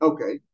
Okay